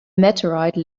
meteorite